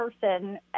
person